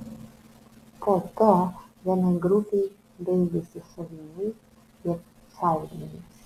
po to vienai grupei baigėsi šoviniai ir šaudmenys